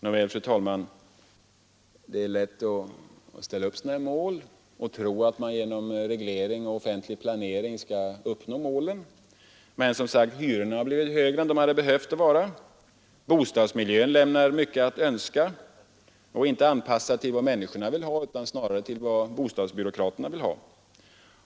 Men, fru talman, det är lätt att ställa upp sådana mål och tro att man genom reglering och offentlig planering skall uppnå dem. Men hyrorna blev högre än de behövt vara, bostadsmiljön lämnar mycket övrigt att önska och är inte anpassad till vad människorna vill ha utan snarare till vad bostadsbyråkraterna vill ha.